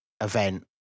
event